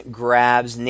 grabs